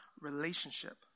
relationship